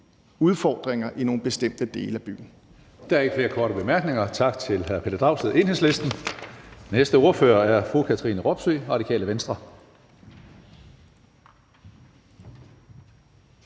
udfordringer i nogle bestemte dele af byen.